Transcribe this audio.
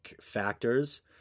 factors